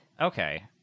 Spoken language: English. Okay